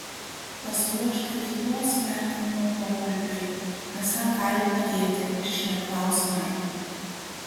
pasiruošti veiklos vertinimo pokalbiui esą gali padėti ir šie klausimai